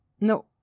No